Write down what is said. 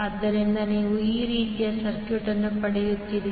ಆದ್ದರಿಂದ ನೀವು ಈ ರೀತಿಯ ಸರ್ಕ್ಯೂಟ್ ಅನ್ನು ಪಡೆಯುತ್ತೀರಿ